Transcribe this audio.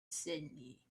sydney